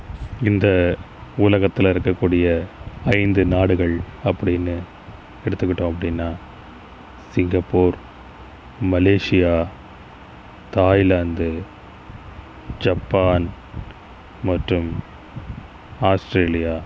இந்த உலகத்தில் இருக்கக்கூடிய ஐந்து நாடுகள் அப்படினு எடுத்துகிட்டோம் அப்படினா சிங்கப்பூர் மலேஷியா தாய்லாந்து ஜப்பான் மற்றும் ஆஸ்ட்ரேலியா